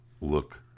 look